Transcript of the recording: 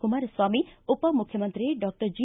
ಕುಮಾರಸ್ವಾಮಿ ಉಪಮುಖ್ಯಮಂತ್ರಿ doctor G